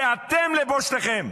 ואתם, לבושתכם,